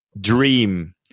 dream